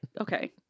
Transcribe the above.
okay